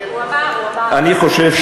אדוני השר,